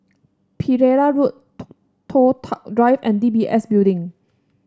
Pereira Road Toh Tuck Drive and D B S Building